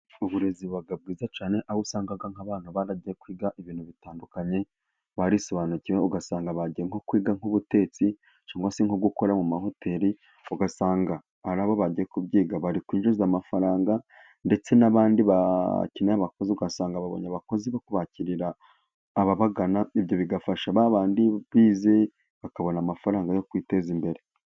Uburezi buba bwiza cyane, aho usanga nk'abantu baragiye kwiga ibintu bitandukanye, barisobanukiwe. Ugasanga bagiye nko kwiga nk'ubutetsi, cyangwa se nko gukora mu mahoteli. Ugasanga ari abo bagiye kubyiga, bari kwinjiza amafaranga, ndetse n'abandi bakeneye abakozi, ugasanga babonye abakozi bo kubakirira ababagana. Ibyo bigafasha ba bandi bize, bakabona amafaranga yo kwiteza imbere.